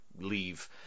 leave